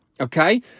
okay